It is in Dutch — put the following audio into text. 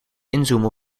inzoomen